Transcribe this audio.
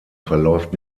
verläuft